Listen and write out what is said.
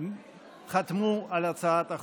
חתמו על הצעת החוק.